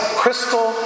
crystal